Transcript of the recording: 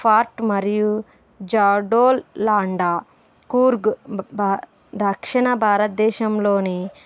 ఫార్ట్ మరియు జాడోల్ లాండా కూర్గ్ బ్ బ దక్షిణ భారతదేశంలోని